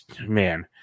Man